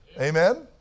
Amen